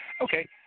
okay –